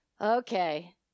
okay